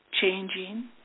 changing